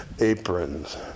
aprons